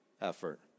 effort